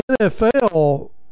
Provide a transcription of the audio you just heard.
NFL